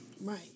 Right